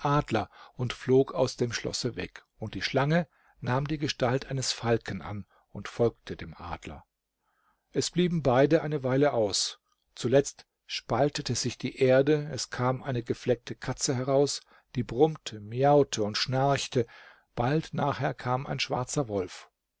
adler und flog aus dem schlosse weg und die schlange nahm die gestalt eines falken an und folgte dem adler es blieben beide eine weile aus zuletzt spaltete sich die erde es kam eine gefleckte katze heraus die brummte miaute und schnarchte bald nachher kam ein schwarzer wolf